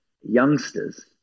youngsters